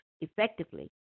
effectively